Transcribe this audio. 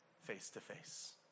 face-to-face